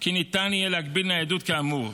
כי ניתן יהיה להגביל ניידות כאמור,